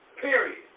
period